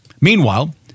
Meanwhile